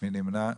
מי נמנע?